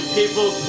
people